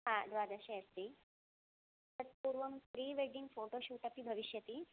हा द्वादशे अस्ति तत्पूर्वं प्रिवेडिङ्ग् फोटो शूट् अपि भविष्यति